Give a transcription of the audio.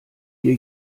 hier